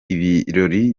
ibirori